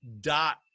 dot